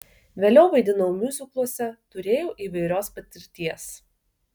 vėliau vaidinau miuzikluose turėjau įvairios patirties